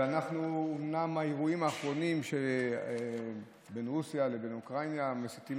ואומנם האירועים האחרונים בין רוסיה לבין אוקראינה מסיטים